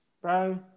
bro